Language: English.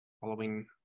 following